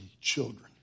children